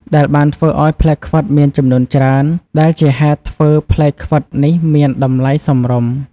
ដែលបានធ្វើឲ្យផ្លែខ្វិតមានចំនួនច្រើន ដែលជាហេតុធ្វើផ្លែខ្វិតនេះមានការតម្លៃ សមរម្យ ។